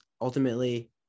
ultimately